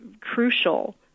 crucial